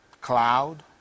cloud